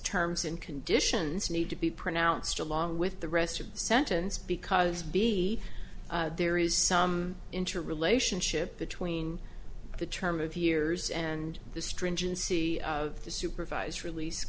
terms and conditions need to be pronounced along with the rest of the sentence because be there is some interrelationship between the term of years and the stringency of the supervised release